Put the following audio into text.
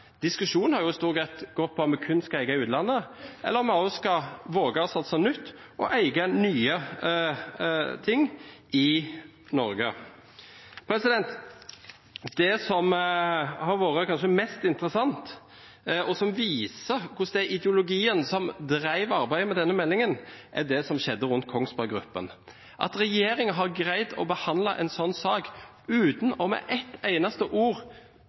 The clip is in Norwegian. Diskusjonen har i stor grad gått på om vi kun skal eie i utlandet, eller om vi også skal våge å satse nytt og eie nye ting i Norge. Det som kanskje har vært mest interessant, og som viser hvordan det er ideologien som drev arbeidet med denne meldingen, er det som skjedde rundt Kongsberg Gruppen. At regjeringen har greid å behandle en sånn sak uten med ett eneste ord